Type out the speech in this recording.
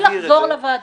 בלי לחזור לוועדה.